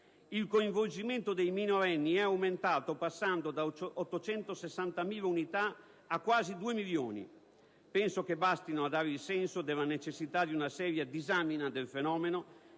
il coinvolgimento dei minorenni è aumentato, passando da 860.000 unità a quasi 2 milioni. Penso che questi dati bastino a dare il senso della necessità di una seria disamina del fenomeno